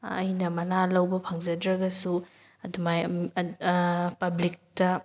ꯑꯩꯅ ꯃꯅꯥ ꯂꯧꯕ ꯐꯪꯖꯗ꯭ꯔꯒꯁꯨ ꯑꯗꯨꯃꯥꯏꯅ ꯄꯕ꯭ꯂꯤꯛꯇ